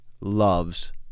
loves